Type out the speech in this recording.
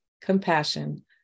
compassion